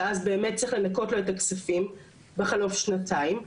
ואז באמת צריך לנכות לו את הכספים בחלוף שנתיים,